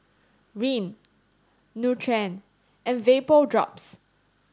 Rene Nutren and Vapodrops